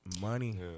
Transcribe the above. Money